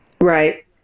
Right